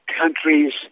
countries